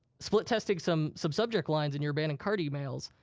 split testing some some subject lines in your abandoned cart emails.